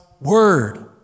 word